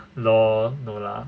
lol no lah